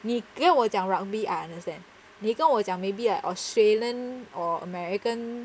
你给我讲 rugby I understand 你跟我讲 maybe like australian or american